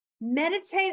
Meditate